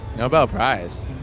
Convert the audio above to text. nobel prize.